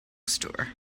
store